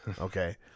Okay